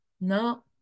no